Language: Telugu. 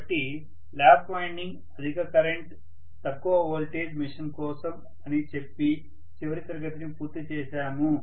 కాబట్టి ల్యాప్ వైండింగ్ అధిక కరెంట్ తక్కువ వోల్టేజ్ మెషీన్ కోసం అని చెప్పి చివరి తరగతిని పూర్తి చేసాము